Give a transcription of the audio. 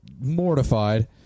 mortified